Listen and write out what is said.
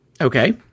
Okay